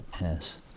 Yes